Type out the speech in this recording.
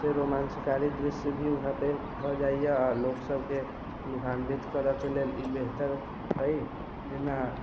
से रोमांचकारी दृश्य भी यहाँ पे भऽ जाइ यऽ लोकसब के लाभान्वित करय के लेल ई बेहतर अय जेना